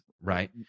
right